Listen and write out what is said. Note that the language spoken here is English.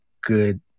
good